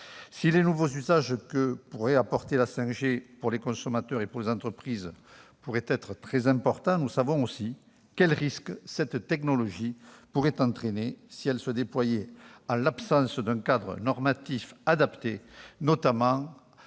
Si les nouveaux usages que pourrait apporter la 5G pour les consommateurs et les entreprises peuvent être très importants, nous savons aussi quels risques cette technologie pourrait entraîner si elle se déployait en l'absence d'un cadre normatif adapté, notamment